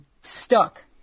stuck